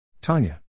Tanya